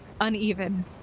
uneven